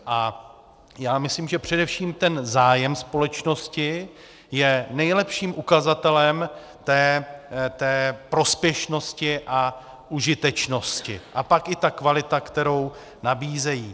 A já myslím, že především ten zájem společnosti je nejlepším ukazatelem té prospěšnosti a užitečnosti a pak i ta kvalita, kterou nabízejí.